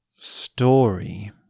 Story